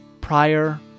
prior